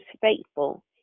faithful